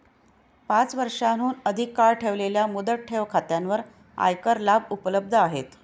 पाच वर्षांहून अधिक काळ ठेवलेल्या मुदत ठेव खात्यांवर आयकर लाभ उपलब्ध आहेत